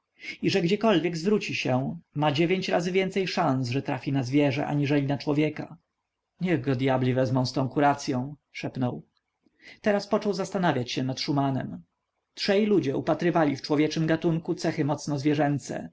że gdziekolwiek zwróci się ma dziewięć razy więcej szans że trafi na zwierzę aniżeli na człowieka niech go dyabli wezmą z taką kuracyą szepnął teraz począł zastanawiać się nad szumanem trzej ludzie upatrywali w człowieczym gatunku cechy mocno zwierzęce